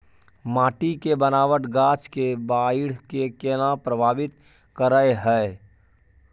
माटी के बनावट गाछ के बाइढ़ के केना प्रभावित करय हय?